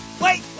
Wait